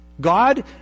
God